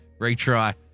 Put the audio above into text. retry